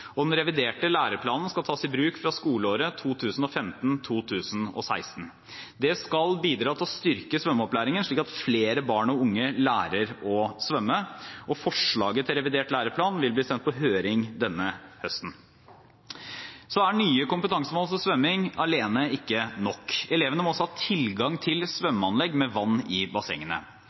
og den reviderte læreplanen skal tas i bruk fra skoleåret 2015–2016. Dette skal bidra til å styrke svømmeopplæringen, slik at flere barn og unge lærer å svømme. Forslaget til revidert læreplan vil bli sendt på høring denne høsten. Nye kompetansemål for svømming alene er ikke nok. Elevene må også ha tilgang til svømmeanlegg med vann i bassengene.